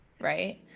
right